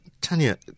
Tanya